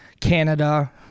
Canada